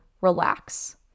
relax